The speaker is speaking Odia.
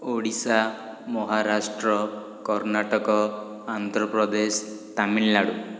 ଓଡ଼ିଶା ମହାରାଷ୍ଟ୍ର କର୍ଣ୍ଣାଟକ ଆନ୍ଧ୍ରପ୍ରଦେଶ ତାମିଲନାଡ଼ୁ